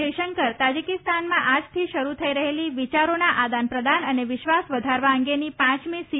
જયશંકર તાજીકિસ્તાનમાં આજથી શરૂ થઈ રહેલી વિયારોના આદાન પ્રદાન અને વિશ્વાસ વધારવા અંગેની પાંચમી સી